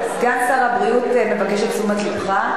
אדוני השר, סגן שר הבריאות מבקש את תשומת לבך.